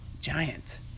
giant